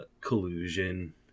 collusion